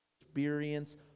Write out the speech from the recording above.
experience